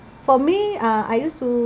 for me uh I used to